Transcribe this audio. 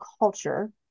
culture